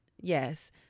Yes